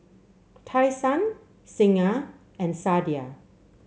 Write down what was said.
Tai Sun Singha and Sadia